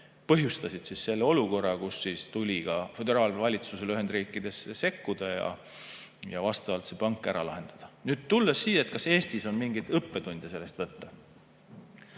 põhjustas selle olukorra, kus tuli Ühendriikide föderaalvalitsusel sekkuda ja vastavalt see pank ära lahendada. Nüüd tulles siia, et kas Eestis on mingeid õppetunde sellest võtta.